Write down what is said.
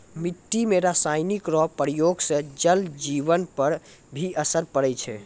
मिट्टी मे रासायनिक रो प्रयोग से जल जिवन पर भी असर पड़ै छै